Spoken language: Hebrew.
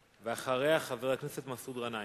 ואחריה, חבר הכנסת מסעוד גנאים.